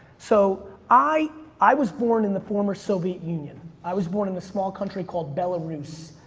so i i was born in the former soviet union. i was born in the small country called belarus,